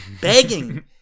begging